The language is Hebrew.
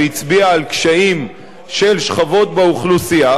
והצביעה על קשיים של שכבות באוכלוסייה,